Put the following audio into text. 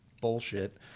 bullshit